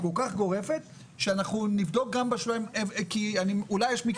אנחנו נבדוק גם בשוליים כי אולי יש מקרים.